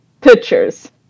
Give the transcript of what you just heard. pictures